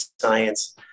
science